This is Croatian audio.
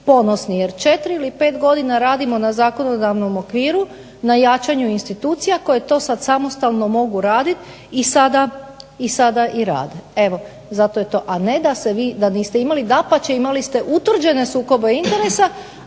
ponosni jer četiri ili pet godina radimo na zakonodavnom okviru, na jačanju institucija koje to sad samostalno mogu raditi i sada i rade. Evo zato je to, a ne da se vi, da niste imali. Dapače imali ste utvrđene sukobe interesa.